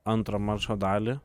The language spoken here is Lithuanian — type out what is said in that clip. antrą mačo dalį